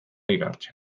igartzen